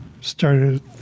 started